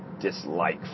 dislike